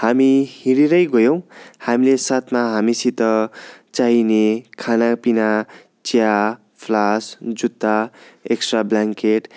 हामी हिँडेरै गयौँ हामीले सातमा हामीसित चाहिने खाना पिना चिया फ्लास जुत्ता एक्सट्रा ब्लाङकेट